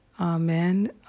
Amen